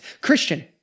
Christian